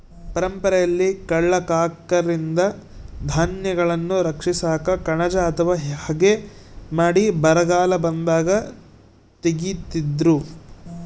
ಪರಂಪರೆಯಲ್ಲಿ ಕಳ್ಳ ಕಾಕರಿಂದ ಧಾನ್ಯಗಳನ್ನು ರಕ್ಷಿಸಾಕ ಕಣಜ ಅಥವಾ ಹಗೆ ಮಾಡಿ ಬರಗಾಲ ಬಂದಾಗ ತೆಗೀತಿದ್ರು